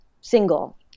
single